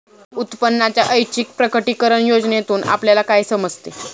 उत्पन्नाच्या ऐच्छिक प्रकटीकरण योजनेतून आपल्याला काय समजते?